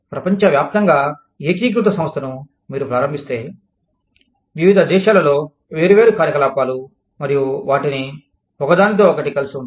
ప్రపంచవ్యాప్తంగా ఏకీకృత సంస్థను మీరు ప్రారంభింస్తే వివిధ దేశాలలో వేర్వేరు కార్యకలాపాలు మరియు వాటిని ఒకదానితో ఒకటి కలిసి వుంటాయి